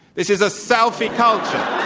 this is a selfie culture.